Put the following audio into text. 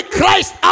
Christ